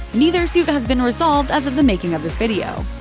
neither suit but has been resolved as of the making of this video.